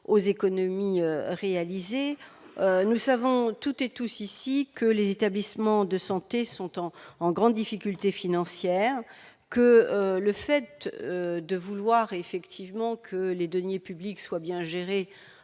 aux économies réalisées, nous savons toutes et tous ici que les établissements de santé sont en en grande difficulté financière. Que le fait de vouloir effectivement que les deniers publics soit bien géré,